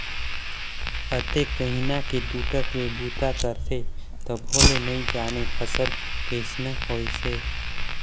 अतेक कनिहा के टूटट ले बूता करथे तभो ले नइ जानय फसल कइसना होइस है